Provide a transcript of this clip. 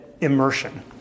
immersion